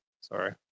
Sorry